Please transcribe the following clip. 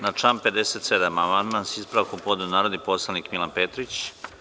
Na član 57. amandman sa ispravkom je podno narodni poslanik Milan Petrić.